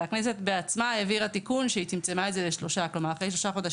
-- הכנסת בעצמה העבירה תיקון שהיא צמצמה את זה לשלושה חודשים.